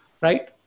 right